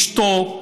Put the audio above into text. לאשתו,